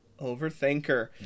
Overthinker